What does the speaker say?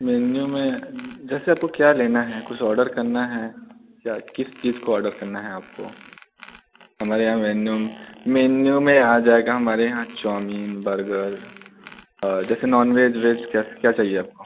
menu में जैसे आपको क्या लेना है कुछ ऑर्डर करना है क्या किस चीज़ को ऑर्डर करना है आपको हमारे यहाँ मेन्यूम मेन्यू में आ जाएगा हमारे यहाँ चौमीन बर्गर जैसे नॉन वेज वेज क्या क्या चाहिए आपको